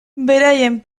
beraien